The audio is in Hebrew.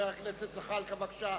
חבר הכנסת ג'מאל זחאלקה, בבקשה.